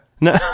no